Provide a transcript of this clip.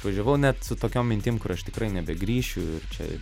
išvažiavau net su tokiom mintim kur aš tikrai nebegrįšiu ir čia